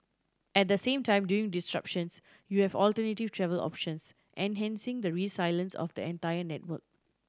at the same time during disruptions you have alternative travel options enhancing the resilience of the entire network